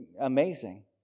amazing